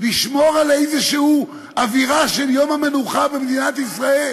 לשמור על איזו אווירה של יום המנוחה במדינת ישראל,